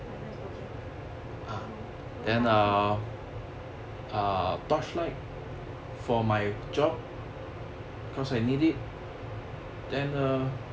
stylus okay so so 男生